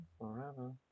forever